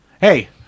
hey